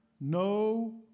No